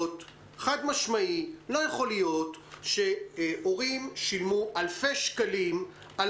חד-משמעית לא יכול להיות שהורים שילמו אלפי שקלים על